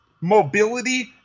mobility